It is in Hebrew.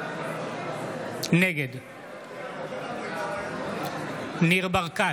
נגד ניר ברקת,